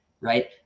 right